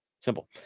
simple